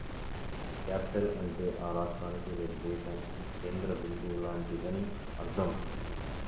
capital అంటే ఆ రాష్ట్రానికి లేదా దేశానికి కేంద్ర బిందువు లాంటిదని అర్థం